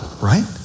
right